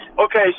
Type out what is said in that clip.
Okay